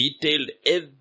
detailed